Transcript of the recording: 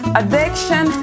addiction